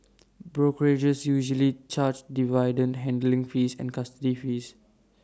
brokerages usually charge dividend handling fees and custody fees